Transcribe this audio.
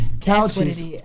couches